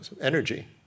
energy